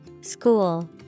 School